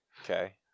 Okay